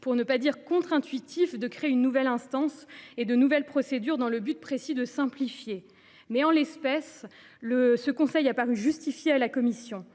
pour ne pas dire contre intuitif, de créer une nouvelle instance et de nouvelles procédures dans le but précis de simplifier. En l’espèce, une telle création a paru justifiée à la commission.